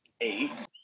Eight